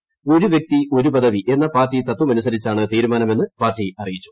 ഒരു പ്പുക്തി ഒരു പദവി എന്ന പാർട്ടി തത്വമനുസരിച്ചാണ് തീരുമാ്ന്നുക്കു്ന്ന് പാർട്ടി അറിയിച്ചു